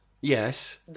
Yes